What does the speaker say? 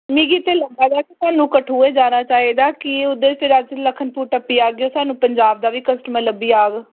मिगी ते लग्गै दा ऐ कि साह्नूं कठुआ जाना चाहिदा कि ओह्दे च फिर अस लखनपुर टप्पी जाह्गे साह्नू पंजाब दा बी कस्टमर लब्भी जाह्ग